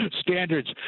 standards